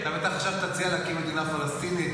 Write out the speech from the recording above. אז עכשיו אתה בטח תציע להקים מדינה פלסטינית,